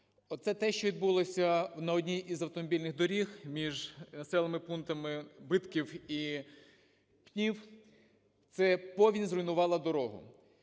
Оце те, що відбулося на одній із автомобільних доріг між населеними пунктами Битків і Пнів, це повінь зруйнувала дорогу.